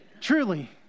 Truly